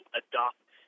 adopt